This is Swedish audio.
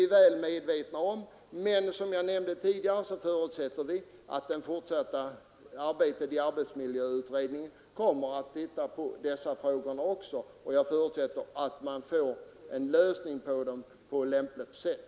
Vi är medvetna om att det har inträffat olyckor, men som jag nämnde tidigare förutsätter vi att arbetsmiljöutredningen i sitt fortsatta arbete kommer att se över också dessa frågor och att problemen kommer att kunna lösas på lämpligt sätt.